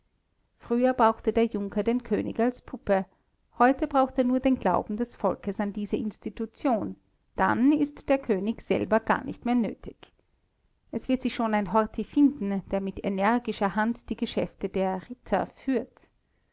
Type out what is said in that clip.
früher brauchte der junker den könig als puppe heute braucht er nur den glauben des volkes an diese institution dann ist der könig selber gar nicht mehr nötig es wird sich schon ein horthy finden der mit energischer hand die geschäfte der ritter führt